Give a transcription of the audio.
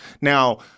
Now